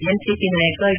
NCP ನಾಯಕ D